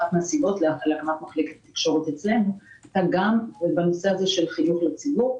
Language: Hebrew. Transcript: אחת הסיבות להקמת מחלקת תקשורת אצלנו היא גם נושא חינוך הציבור.